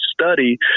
study